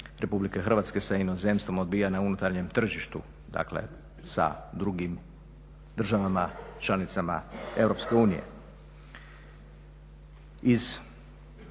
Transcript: Republike Hrvatske sa inozemstvom odvija na unutarnjem tržištu. Dakle, sa drugim državama članicama Europske unije.